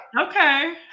Okay